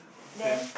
then